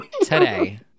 today